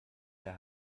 der